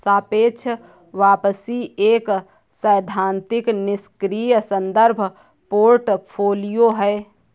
सापेक्ष वापसी एक सैद्धांतिक निष्क्रिय संदर्भ पोर्टफोलियो है